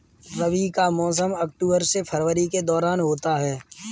रबी का मौसम अक्टूबर से फरवरी के दौरान होता है